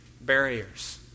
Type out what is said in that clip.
barriers